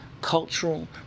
cultural